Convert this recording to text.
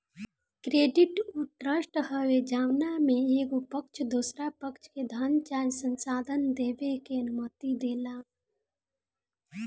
credit उ trust हवे जवना में एगो पक्ष दोसरा पक्ष के धन चाहे संसाधन देबे के अनुमति देला